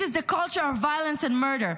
This is a culture of violence and murder,